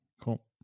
Cool